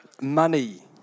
money